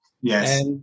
Yes